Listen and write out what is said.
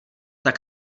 tak